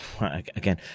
again